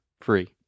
free